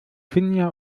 finja